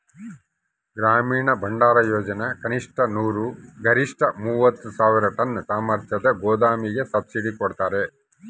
ಗ್ರಾಮೀಣ ಭಂಡಾರಯೋಜನೆ ಕನಿಷ್ಠ ನೂರು ಗರಿಷ್ಠ ಮೂವತ್ತು ಸಾವಿರ ಟನ್ ಸಾಮರ್ಥ್ಯದ ಗೋದಾಮಿಗೆ ಸಬ್ಸಿಡಿ ಕೊಡ್ತಾರ